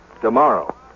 tomorrow